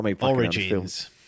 Origins